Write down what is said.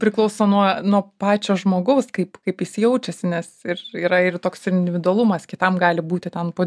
priklauso nuo nuo pačio žmogaus kaip kaip jis jaučiasi nes ir yra ir toks individualumas kitam gali būti ten po